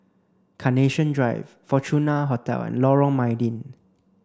Carnation Drive Fortuna Hotel and Lorong Mydin